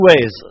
ways